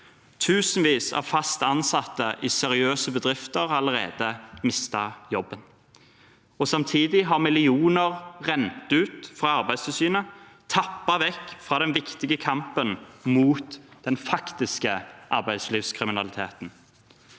Tusenvis av fast ansatte i seriøse bedrifter har allerede mistet jobben, og samtidig har millioner rent ut fra Arbeidstilsynet, tappet vekk fra den viktige kampen mot den faktiske arbeidslivskriminaliteten.